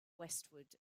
westward